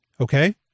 Okay